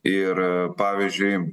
ir pavyzdžiui